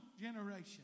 generation